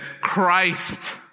Christ